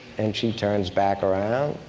and she turns back around,